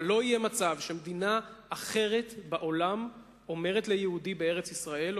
אבל לא יהיה מצב שמדינה אחרת בעולם אומרת ליהודי בארץ-ישראל,